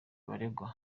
baregwa